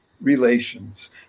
relations